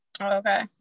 Okay